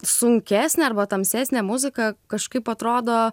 sunkesnė arba tamsesnė muzika kažkaip atrodo